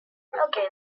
okay